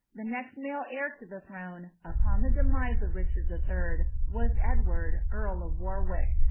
the next male heir to the throne, upon the demise of richard the third, was edward, earl of warwick,